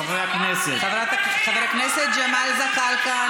חבר הכנסת ג'מאל זחאלקה,